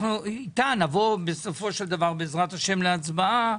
שאיתה נבוא בסופו של דבר להצבעה,